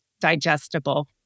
digestible